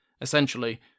essentially